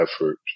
effort